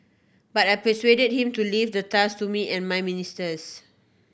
but I persuade him to leave the task to me and my ministers